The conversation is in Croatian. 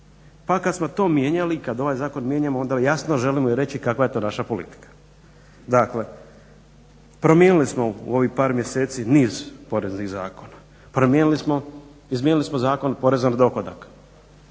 pa kad smo to mijenjali i kad ovaj Zakon mijenjamo onda jasno želimo i reći kakva je ta naša politika. Dakle, promijenili smo u ovih par mjeseci niz poreznih zakona, izmijenili smo Zakon o porezu na dohodak,